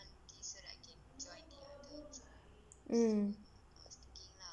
mm